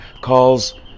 calls